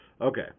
Okay